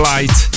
Light